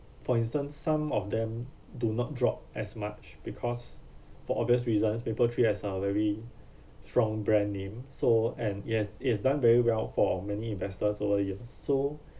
for instance some of them do not drop as much because for obvious reasons Mapletree has a very strong brand name so and yes it has done very well for many investors over the years so